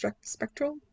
spectral